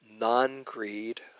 non-greed